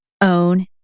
own